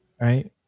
right